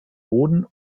boden